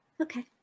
Okay